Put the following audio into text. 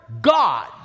God